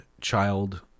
child